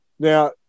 Now